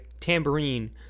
tambourine